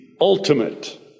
ultimate